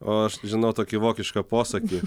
o aš tai žinau tokį vokišką posakį